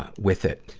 ah with it.